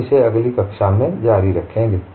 हम इसे अगली कक्षा में जारी रखेंगे